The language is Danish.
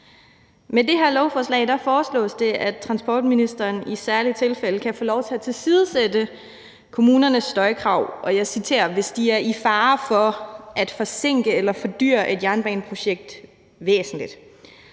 Med det her lovforslag foreslås det, at transportministeren i særlige tilfælde kan få lov til at tilsidesætte kommunernes støjkrav – jeg citerer – hvis de er i fare for at forsinke eller fordyre et jernbaneprojekt væsentligt